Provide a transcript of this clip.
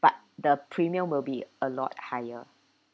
but the premium will be a lot higher